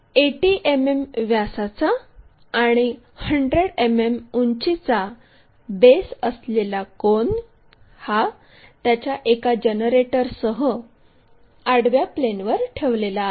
80 मिमी व्यासाचा आणि 100 मिमी उंचीचा बेस असलेला कोन हा त्याच्या एका जनरेटरसह आडव्या प्लेनवर ठेवलेला आहे